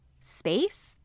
Space